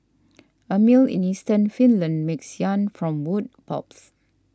a mill in eastern Finland makes yarn from wood pulps